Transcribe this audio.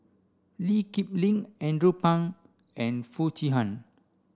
Lee Kip Lin Andrew Phang and Foo Chee Han